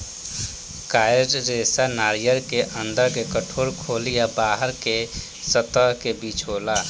coir रेशा नारियर के अंदर के कठोर खोली आ बाहरी के सतह के बीच में रहेला